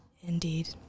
Indeed